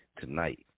tonight